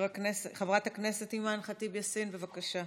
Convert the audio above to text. חברת הכנסת אימאן ח'טיב יאסין, בבקשה.